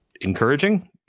encouraging